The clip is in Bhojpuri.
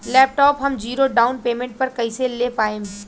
लैपटाप हम ज़ीरो डाउन पेमेंट पर कैसे ले पाएम?